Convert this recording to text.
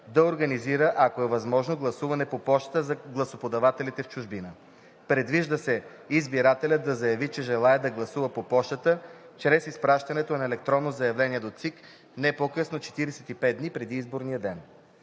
да организира, ако е възможно, гласуване по пощата за гласоподавателите в чужбина. Предвижда се избирателят да заяви, че желае да гласува по пощата чрез изпращането на електронно заявление до ЦИК не по-късно от 45 дни преди изборния ден.